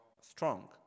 strong